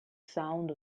sound